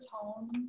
tone